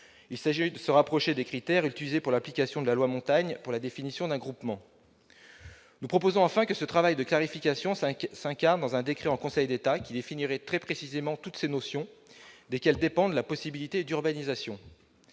Il s'agit de rapprocher ces critères de ceux utilisés pour l'application de la loi Montagne pour la définition d'un groupement. Enfin, en troisième lieu, nous proposons que ce travail de clarification s'incarne dans un décret en Conseil d'État, qui définirait très précisément toutes ces notions dont dépend la possibilité d'urbanisation.